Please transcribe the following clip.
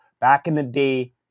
back-in-the-day